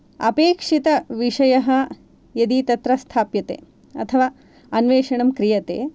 अपेक्षितविषयः यदि तत्र स्थाप्यते अथवा अन्वेषणं क्रियते